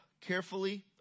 carefully